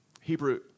Hebrew